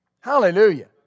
Hallelujah